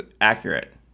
accurate